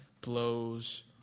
blows